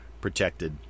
protected